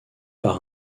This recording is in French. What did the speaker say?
par